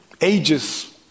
ages